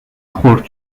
خرد